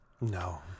No